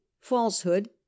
falsehood